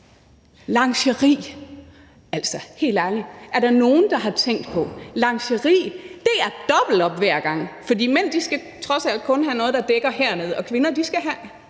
mænd. Altså, helt ærligt, er der nogen, der har tænkt på, at lingeri er dobbelt op hver gang, for mænd skal trods alt kun have noget, der dækker hernede, og kvinder skal have